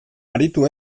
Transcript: aritu